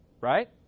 right